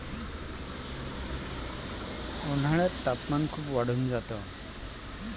उन्हाळ्यात तापमान खूप वाढून जात